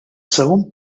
segon